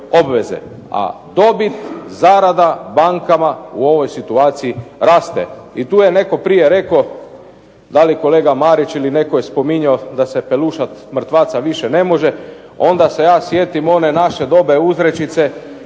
a dobit zarada bankama u ovoj situaciji raste. I tu je netko prije rekao da li kolega Marić ili netko je spominjao da se perušat mrtvaca više ne može. Onda se ja sjetim one naše dobre uzrečice